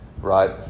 Right